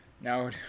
now